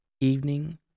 evening